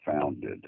founded